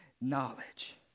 knowledge